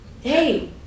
hey